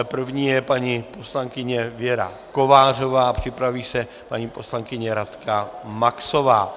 První je paní poslankyně Věra Kovářová, připraví se paní poslankyně Radka Maxová.